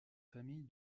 famille